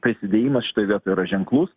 prisidėjimas šitoj vietoj yra ženklus